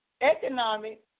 economic